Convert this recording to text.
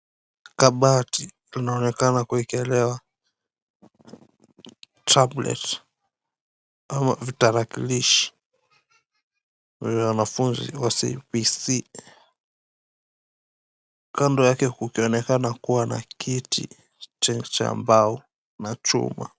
Kabati linaonekana kuekelewa tablet ama vitarakilishi vya wanafunzi wa CBC. Kando yake kukionekana kuwa na kiti cha mbao na chuma.